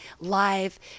live